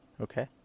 Okay